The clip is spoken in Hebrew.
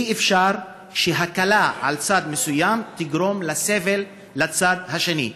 אי-אפשר שהקלה על צד מסוים תגרום לסבל לצד השני.